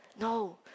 No